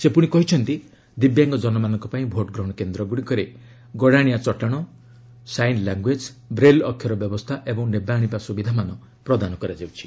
ସେ ପୁଣି କହିଛନ୍ତି ଦିବ୍ୟାଙ୍ଗ ଜନମାନଙ୍କ ପାଇଁ ଭୋଟ୍ଗ୍ରହଣ କେନ୍ଦ୍ରଗୁଡ଼ିକରେ ଗଡ଼ାଶିଆ ଚଟାଣ ସାଇନ୍ ଲାଙ୍ଗୁଏଜ୍ ବ୍ରେଲ୍ ଅକ୍ଷର ବ୍ୟବସ୍ଥା ଓ ନେବା ଆଣିବା ସୁବିଧାମାନ ପ୍ରଦାନ କରାଯାଉଛି